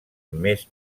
més